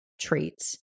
traits